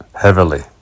heavily